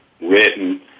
written